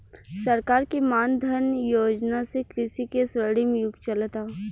सरकार के मान धन योजना से कृषि के स्वर्णिम युग चलता